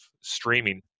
streaming